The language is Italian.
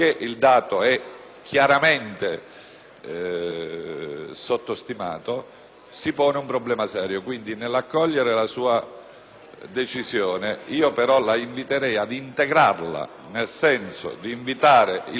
chiaramente sottostimato, si pone un problema serio e quindi, nell'accogliere la sua decisione, signor Presidente, le proporrei però di integrarla, nel senso di invitare il Governo